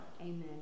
Amen